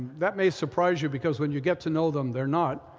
that may surprise you because when you get to know them, they're not.